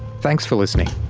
thanks for listening